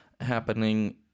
happening